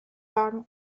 lagen